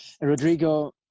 rodrigo